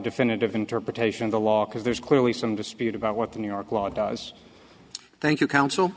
definitive interpretation of the law because there's clearly some dispute about what the new york law does thank you counsel